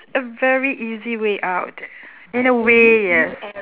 a very easy way out in a way yes